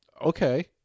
Okay